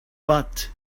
but